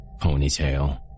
Ponytail